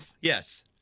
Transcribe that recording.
Yes